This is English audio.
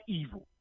evil